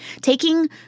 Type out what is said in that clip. Taking